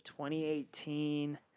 2018